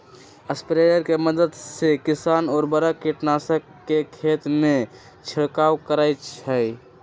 sprayer के मदद से किसान उर्वरक, कीटनाशक के खेतमें छिड़काव करई छई